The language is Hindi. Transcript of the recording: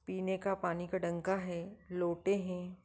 पीने का पानी का डंका है लोटे हैं